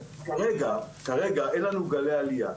כרגע, אין לנו גלי עלייה.